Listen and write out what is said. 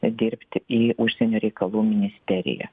dirbti į užsienio reikalų ministeriją